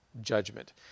judgment